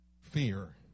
fear